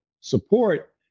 support